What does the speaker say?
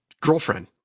girlfriend